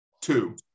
two